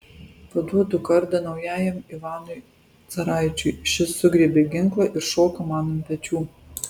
paduodu kardą naujajam ivanui caraičiui šis sugriebia ginklą ir šoka man ant pečių